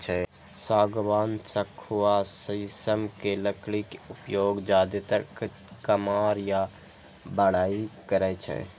सागवान, सखुआ, शीशम के लकड़ी के उपयोग जादेतर कमार या बढ़इ करै छै